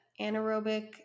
anaerobic